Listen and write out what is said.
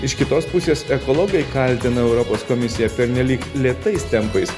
iš kitos pusės ekologai kaltina europos komisiją pernelyg lėtais tempais